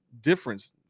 difference